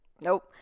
nope